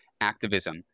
activism